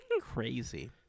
Crazy